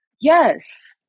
Yes